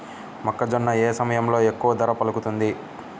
మొక్కజొన్న ఏ సమయంలో ఎక్కువ ధర పలుకుతుంది?